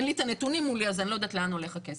אין לי את הנתונים מולי אז אני לא יודעת לאן הולך הכסף.